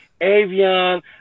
avion